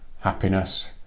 happiness